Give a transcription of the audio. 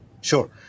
Sure